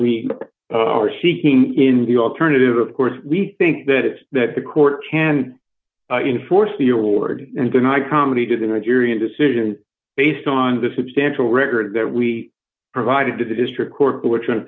we are seeking in the alternative of course we think that that the court can enforce the award and deny comedy to the nigerian decision based on the substantial record that we provided to the district court which